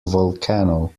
volcano